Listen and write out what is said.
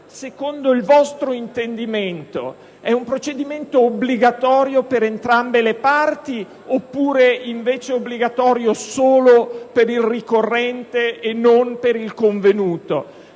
secondo il vostro intendimento, è un procedimento obbligatorio per entrambe le parti oppure lo è solo per il ricorrente e non per il convenuto.